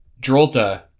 Drolta